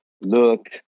look